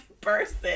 person